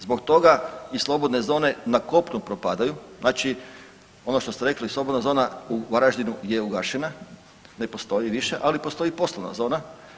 Zbog toga i slobodne zone na kopnu propadaju, znači ono što ste reli slobodna zona u Varaždinu je ugašena, ne postoji više, ali postoji poslovna zona.